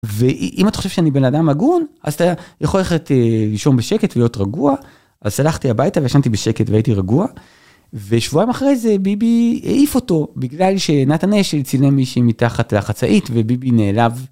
ואם אתה חושב שאני בן אדם הגון אז אתה יכול ללכת לישון בשקט להיות רגוע אז הלכתי הביתה ישנתי בשקט והייתי רגוע. ושבועים אחרי זה ביבי העיף אותו בגלל שנתן אשל צילם מישהי מתחת לחצאית וביבי נעלב.